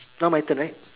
now my turn right